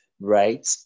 right